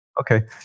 okay